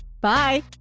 Bye